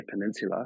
Peninsula